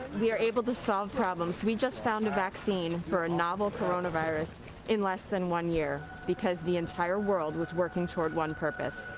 we are able to solve problems. we just found a vaccine for a novel coronavirus in less than one year because the entire world was working toward one purpose.